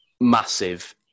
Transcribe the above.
massive